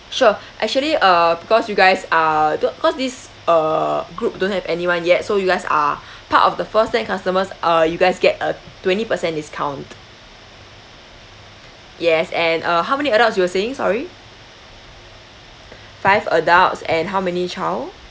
sure actually uh because you guys are the cause this uh group don't have anyone yet so you guys are part of the first ten customers uh you guys get a twenty percent discount yes and uh how many adults you were saying sorry five adults and how many child